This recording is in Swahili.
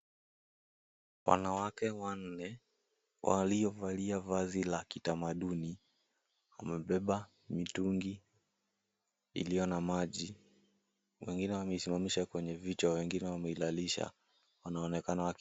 Wanawake wanne waliovaa vazi la kitamaduni wamebeba mitungi iliyo na maji. Wengine wameisimamisha kwenye vichwa, wengine wameilalisha. Wanaonekana wakiwa.